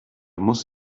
muss